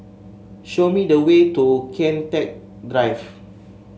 show me the way to Kian Teck Drive